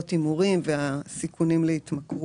השר ימנה,